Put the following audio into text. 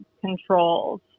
controls